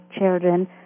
children